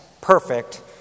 perfect